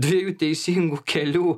dviejų teisingų kelių